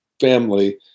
family